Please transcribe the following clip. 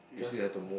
just